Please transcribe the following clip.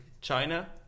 China